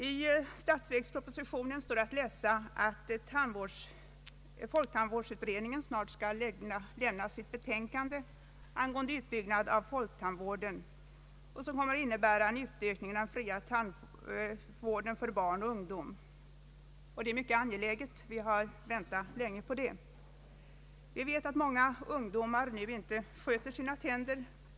I statsverkspropositionen står att läsa att folktandvårdsutredningen snart skall lämna sitt betänkande angående utbyggnad av folktandvården, innebärande en utökning av den fria tandvården för barn och ungdom. Det är mycket angeläget, och vi har väntat länge på detta. Vi vet att många ungdomar inte sköter sina tänder.